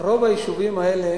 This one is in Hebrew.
של רוב היישובים האלה,